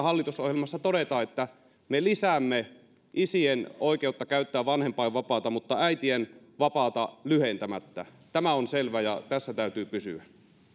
hallitusohjelmassa todetaan että me lisäämme isien oikeutta käyttää vanhempainvapaata mutta äitien vapaata lyhentämättä tämä on selvä ja tässä täytyy pysyä